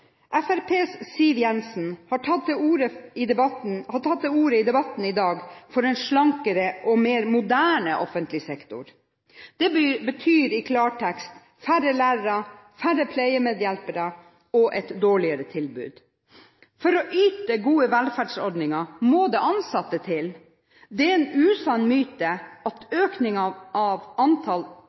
innbyggere. Siv Jensen fra Fremskrittspartiet har i debatten i dag tatt til orde for en slankere og mer moderne offentlig sektor. Det betyr i klartekst færre lærere, færre pleiemedhjelpere og et dårligere tilbud. For å yte gode velferdsordninger må det ansatte til. Det er en usann myte at økningen av antall